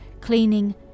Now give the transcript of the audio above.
cleaning